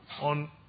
on